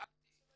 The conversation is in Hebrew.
אני שאלתי.